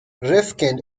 rifkind